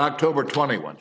october twenty one